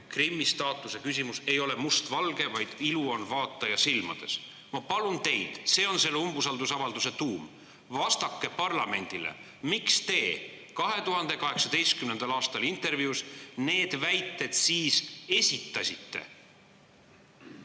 Krimmi staatuse küsimus ei ole mustvalge, vaid ilu on vaataja silmades? Ma palun teid – see on selle umbusaldusavalduse tuum –, vastake parlamendile, miks te 2018. aastal intervjuus need väited siis esitasite?